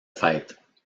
fêtes